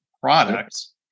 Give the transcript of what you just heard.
products